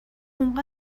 اون